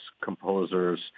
composers